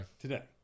today